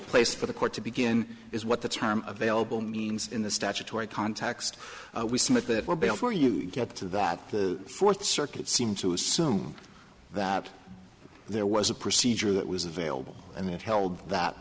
place for the court to begin is what the term available means in the statutory context we submit that were before you get to that the fourth circuit seems to assume that there was a procedure that was available and it held